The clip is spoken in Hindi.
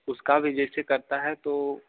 उसका भी जैसे करता है तो